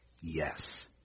Yes